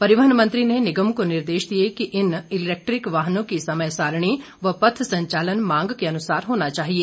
परिवहन मंत्री ने निगम को निर्देश दिए कि इन इलैक्ट्रिक वाहनों की समय सारिणी व पथ संचालन मांग के अनुसार होना चाहिए